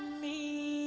me